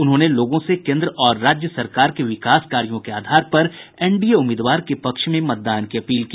उन्होंने लोगों से केन्द्र और राज्य सरकार के विकास कार्यो के आधार पर एनडीए उम्मीदवार के पक्ष में मतदान की अपील की